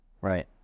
Right